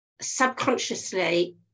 subconsciously